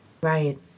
Right